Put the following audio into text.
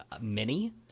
Mini